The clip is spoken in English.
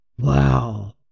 Wow